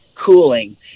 cooling